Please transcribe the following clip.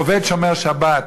עובד שומר שבת,